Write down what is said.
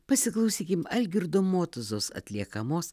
pasiklausykim algirdo motuzos atliekamos